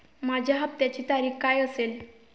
माझ्या हप्त्याची तारीख काय असेल?